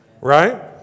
Right